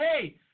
hey